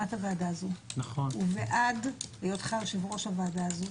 הקמת הוועדה הזו ובעד היותך יושב-ראש הוועדה הזו